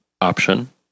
option